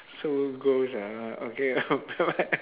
so gross ah orh okay